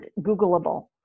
Googleable